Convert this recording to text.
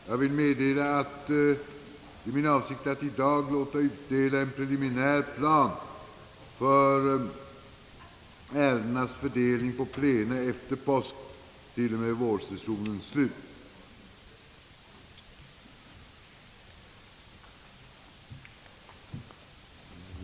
Jag vill meddela att det är min avsikt att i dag låta utdela en preliminär plan för ärendenas fördelning på plena efter påsk till och med vårsessionens slut.